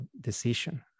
decision